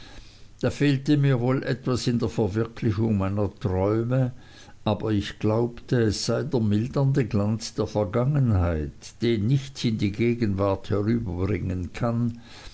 da fehlte mir wohl etwas an der verwirklichung meiner träume aber ich glaubte es sei der mildernde glanz der vergangenheit den nichts in die gegenwart herüberbringen kann